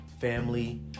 family